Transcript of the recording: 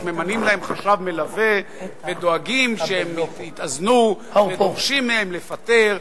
ממנים להם חשב מלווה ודואגים שהם יתאזנו ודורשים מהם לפטר.